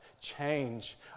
change